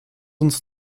uns